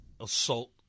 assault